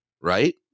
Right